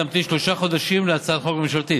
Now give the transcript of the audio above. תמתין שלושה חודשים להגשת הצעת חוק ממשלתית.